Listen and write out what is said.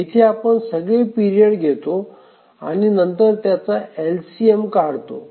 येथे आपण सगळे पिरियड घेतो आणि नंतर त्यांचा एलसीएम काढतो